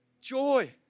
joy